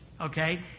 Okay